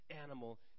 animal